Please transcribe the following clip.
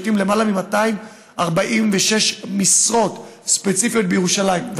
שנותנים למעלה מ-246 משרות ספציפיות בירושלים.